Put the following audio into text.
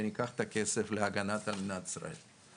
וניקח את הכסף להגנת מדינת ישראל.